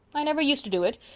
i never used to do it,